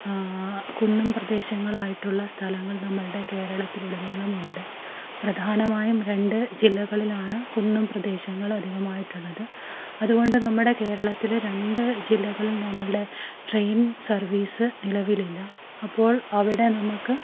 കുന്നും പ്രദേശങ്ങളായിട്ടുള്ള സ്ഥലങ്ങൾ നമ്മളുടെ കേരളത്തിലുടനീളമുണ്ട് പ്രധാനമായും രണ്ടു ജില്ലകളിലാണ് കുന്നും പ്രദേശങ്ങൾ അധികമായിട്ടുള്ളത് അതുകൊണ്ട് നമ്മുടെ കേരളത്തിൽ രണ്ടു ജില്ലകളിൽ നമ്മളുടെ ട്രെയിൻ സർവ്വീസ് നിലവിലില്ല അപ്പോൾ അവിടെ നമുക്ക്